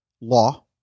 law